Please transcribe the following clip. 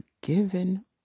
given